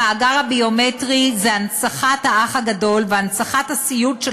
המאגר הביומטרי זה הנצחת האח הגדול והנצחת הסיוט של